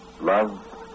Love